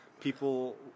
people